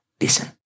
Listen